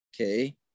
Okay